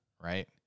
right